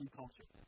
culture